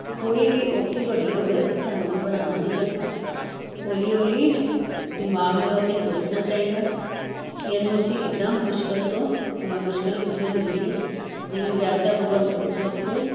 ਕੀ ਕੋਈ ਵੀ ਔਖੀ ਘੜੀ ਹੋਵੇ ਸਾਨੂੰ ਘਬਰਾਣਾ ਨੀ ਚਾਈਦਾ ਹੌਲੀ ਹੌਲੀ ਦਿਮਾਗ ਲਗਾ ਕੇ ਸੋਚਣਾ ਚਾਈਦਾ ਐ ਕੀ ਐਨੂੰ ਅਸੀਂ ਕਿੱਦਾਂ ਮੁਸ਼ਕਿਲ ਤੋਂ ਮੁਸ਼ਕਿਲ ਵਿੱਚੋਂ ਨਿਕਲੀਏ ਜਿਵੇਂ ਪਿਆਸਾ ਕਊਆ ਸੋਚ ਸੋਚ ਕੇ